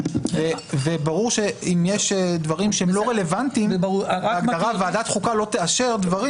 ברור שאם יש דברים שהם לא רלוונטיים ועדת חוקה לא תאשר דברים